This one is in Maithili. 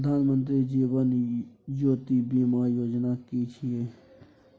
प्रधानमंत्री जीवन ज्योति बीमा योजना कि छिए?